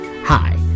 Hi